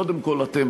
קודם כול אתם,